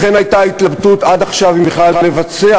לכן הייתה התלבטות עד עכשיו אם בכלל לבצע